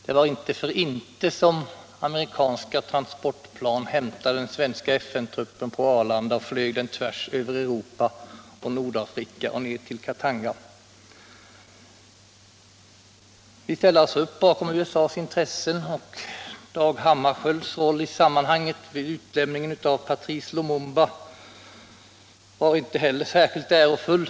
Det var inte för inte som amerikanska transportplan hämtade den svenska — Nr 122 FN-truppen på Arlanda och flög den tvärs över Europa och Nordafrika Tisdagen den till Katanga. 3 maj 1977 Vi ställde alltså upp bakom USA:s intressen. Dag Hammarskjölds roll vid utlämningen av Patrice Lumumba var inte heller särskilt ärofull.